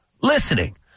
Listening